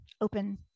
open